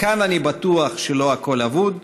/ וכאן אני בטוח שלא הכול אבוד.